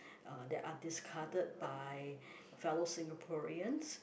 uh that are discarded by fellow Singaporeans